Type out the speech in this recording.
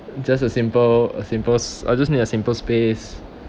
just a simple a simples I just need a simple space